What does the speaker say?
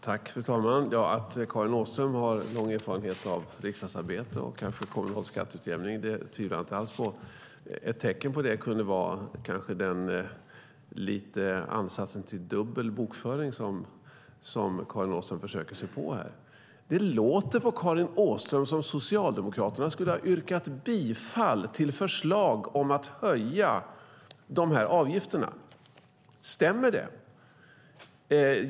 Fru talman! Jag tvivlar inte alls på att Karin Åström har lång erfarenhet av riksdagsarbete och kanske av kommunalskatteutjämningen. Ett tecken på det kanske skulle kunna vara den lilla ansats till dubbel bokföring som Karin Åström försöker sig på här. Det låter på Karin Åström som om Socialdemokraterna skulle ha yrkat bifall till förslag om att höja avgifterna. Stämmer det?